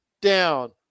down